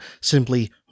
simply